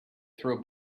throw